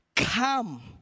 Come